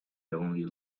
only